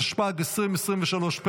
התשפ"ג 2023,